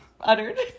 uttered